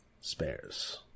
spares